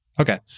okay